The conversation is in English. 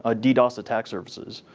ah ddos attack services